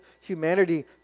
humanity